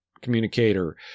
communicator